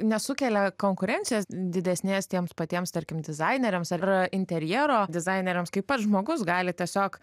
nesukelia konkurencijos didesnės tiems patiems tarkim dizaineriams ar interjero dizaineriams kaip pats žmogus gali tiesiog